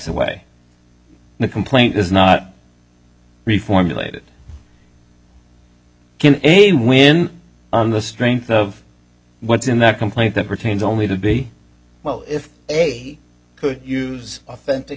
away the complaint is not reformulated can a win on the strength of what's in the complaint that pertains only to be well if they could use authentic